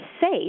safe